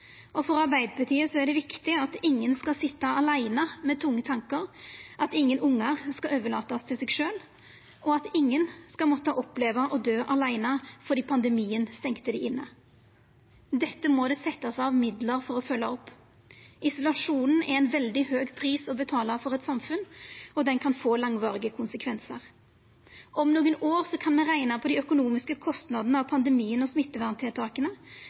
For Arbeidarpartiet er det viktig at ingen skal sitja åleine med tunge tankar, at ingen ungar skal overlatast til seg sjølve, og at ingen skal måtta oppleva å døy åleine fordi pandemien stengde dei inne. Dette må det setjast av midlar for å følgja opp. Isolasjon er ein veldig høg pris å betala for eit samfunn og kan få langvarige konsekvensar. Om nokre år kan me rekna på dei økonomiske kostnadane av pandemien og smitteverntiltaka,